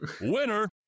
winner